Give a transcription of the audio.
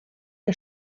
que